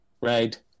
right